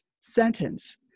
sentence